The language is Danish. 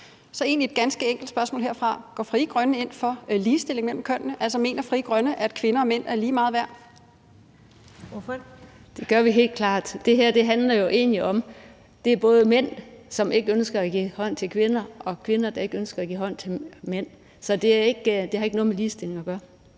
er egentlig et ganske enkelt spørgsmål herfra: Går Frie Grønne ind for ligestilling mellem kønnene? Altså, mener Frie Grønne, at kvinder og mænd er lige meget værd? Kl. 14:05 Første næstformand (Karen Ellemann): Ordføreren. Kl. 14:05 Susanne Zimmer (FG): Det gør vi helt klart. Det her handler jo egentlig om, at det både er mænd, som ikke ønsker at give hånd til kvinder, og kvinder, der ikke ønsker at give hånd til mænd. Så det har ikke noget med ligestilling at gøre.